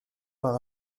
part